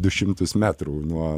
du šimtus metrų nuo